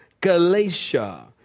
Galatia